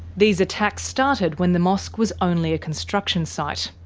these attacks started when the mosque was only a construction site.